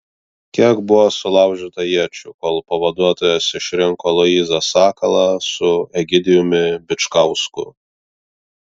kiek buvo sulaužyta iečių kol pavaduotojas išrinko aloyzą sakalą su egidijumi bičkausku